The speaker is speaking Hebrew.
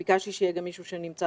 ביקשתי שיהיה גם מישהו מן המשטרה שנמצא